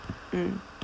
mm